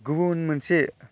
गुबुन मोनसे